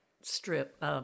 strip